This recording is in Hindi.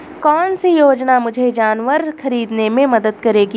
कौन सी योजना मुझे जानवर ख़रीदने में मदद करेगी?